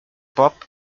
pop